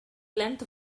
length